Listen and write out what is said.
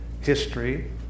history